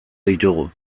ditugu